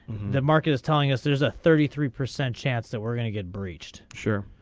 the market is telling us there's a thirty three percent chance that we're gonna get breached sure.